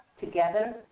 together